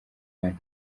abantu